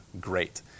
great